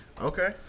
Okay